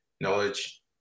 knowledge